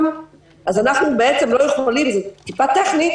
אנחנו לא יכולים טכנית